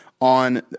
on